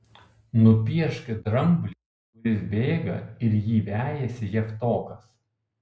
nupiešk dramblį kuris bėga ir jį vejasi javtokas